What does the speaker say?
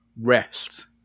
rest